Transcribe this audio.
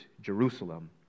Jerusalem